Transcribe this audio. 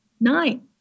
nine